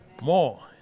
More